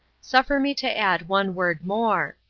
suffer me to add one word more.